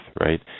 right